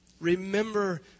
Remember